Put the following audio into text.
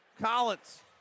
Collins